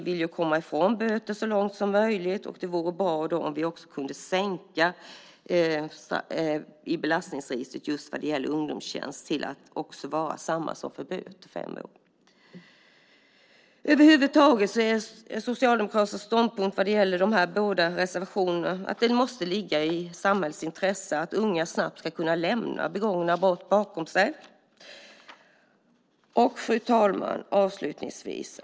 Vi vill komma ifrån böter så långt som möjligt. Det vore därför bra om vi kunde sänka antalet år i belastningsregistret för ungdomstjänst till samma antal år som för böter, alltså fem år. Över huvud taget är Socialdemokraternas ståndpunkt när det gäller dessa båda reservationer att det måste ligga i samhällets intresse att unga snabbt ska kunna lämna begångna brott bakom sig. Fru talman!